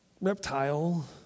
reptile